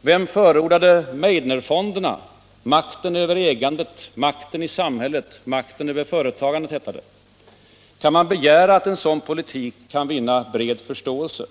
Vem förordade Meidnerfonderna, makten över ägandet, makten i samhället och makten över företagandet? Kan man begära att en sådan politik skall vinna bred förståelse?